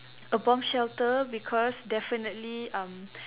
a bomb shelter because definitely um